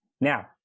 Now